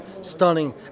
stunning